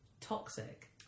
toxic